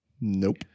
Nope